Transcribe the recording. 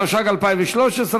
התשע"ג 2013,